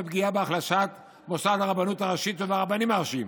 בפגיעה והחלשת מוסד הרבנות הראשית וברבנים הראשיים